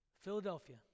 Philadelphia